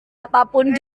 apapun